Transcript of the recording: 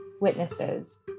Witnesses